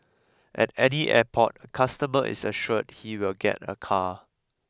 at any airport a customer is assured he will get a car